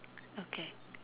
okay